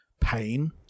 pain